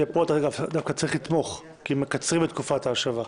שפה אתה דווקא צריך לתמוך כי מקצרים את תקופת ההשבה.